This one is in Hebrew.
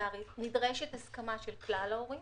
נדרשת הסכמה של כלל ההורים